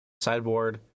sideboard